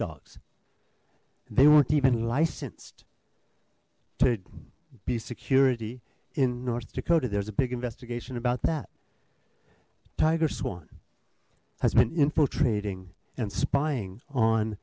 dogs they weren't even licensed to be security in north dakota there's a big investigation about that tiger swan has been infiltrating and spying on